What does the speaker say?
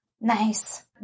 Nice